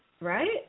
Right